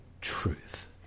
truth